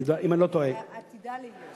אם אני לא טועה, עתידה להיות.